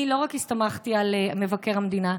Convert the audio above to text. אני לא הסתמכתי רק על מבקר המדינה,